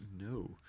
no